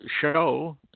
show